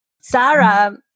Sarah